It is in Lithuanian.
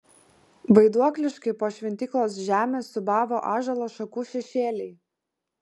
vaiduokliškai po šventyklos žemę siūbavo ąžuolo šakų šešėliai